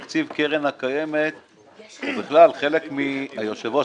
תקציב קרן הקיימת הוא בכלל חלק היושב-ראש,